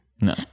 No